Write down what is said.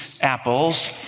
apples